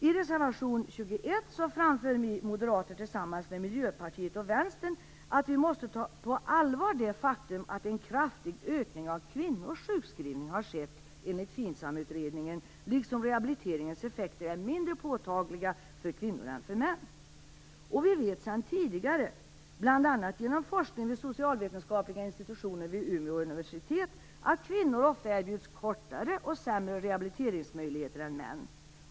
I reservation 21 framför vi moderater tillsammans med Miljöpartiet och Vänstern att vi måste ta på allvar det faktum att en kraftig ökning av kvinnors sjukskrivning har skett enligt FINSAM-utredningen liksom att rehabiliteringens effekter är mindre påtagliga för kvinnor än för män. Vi vet sedan tidigare - bl.a. genom forskning vid socialvetenskapliga institutionen vid Umeå universitet - att kvinnor ofta erbjuds kortare och sämre rehabiliteringsmöjligheter än män.